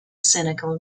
senegal